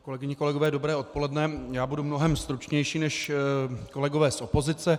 Kolegyně a kolegové, dobré odpoledne, budu mnohem stručnější než kolegové z opozice.